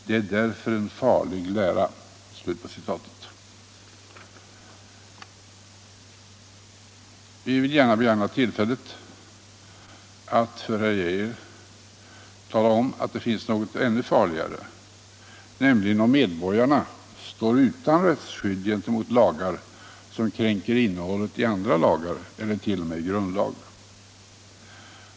Det är därför en farlig lära.” Vi IC vill gärna begagna tillfället att tala om för herr Geijer att det finns något — Frioch rättigheter i ännu farligare, nämligen om medborgarna står utan rättsskydd gentemot = grundlag lagar som kränker innehållet i andra lagar eller t.o.m. grundlag.